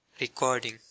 Recording